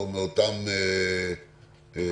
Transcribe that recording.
או מאותם אומנים,